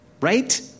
right